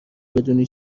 بدونی